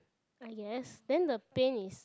ah ya then the pain is